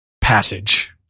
passage